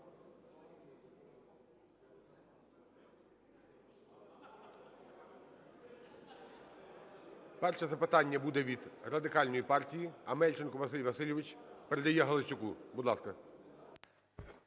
Перше запитання буде від Радикальної партії. Амельченко Василь Васильович передає Галасюку. Будь ласка.